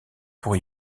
pour